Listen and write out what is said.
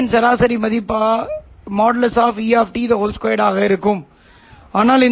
நான் சொன்னது போல் θLo என்பது பல பயன்பாடுகளுக்கு ஒரு நிலையானது